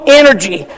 energy